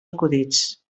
acudits